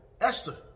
Esther